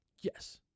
Yes